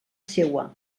seua